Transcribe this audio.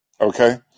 okay